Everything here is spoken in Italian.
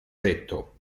tetto